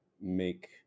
make